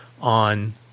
on